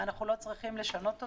אנחנו לא צריכים לשנות אותו.